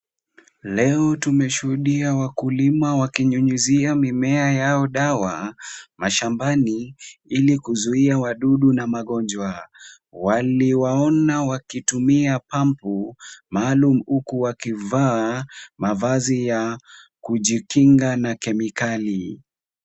Leo tumeshuhudia wakulima wakinyunyizia mimea yao dawa mashambani ili kuzuia wadudu na magonjwa. Waliwaona wakitumia pump maalum huku wakivaa mavazi ya kujikinga na kemikali.